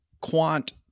quant